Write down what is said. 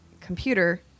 computer